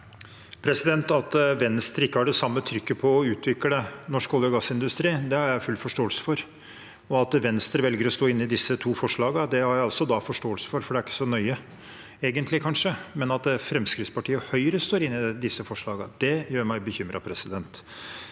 At Venstre ikke har det samme trykket på å utvikle norsk olje- og gassindustri, har jeg full forståelse for. At Venstre velger å stå inne i disse to forslagene, har jeg også forståelse for, for egentlig er det kanskje ikke så nøye, men at Fremskrittspartiet og Høyre står inne i forslagene, gjør meg bekymret.